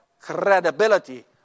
credibility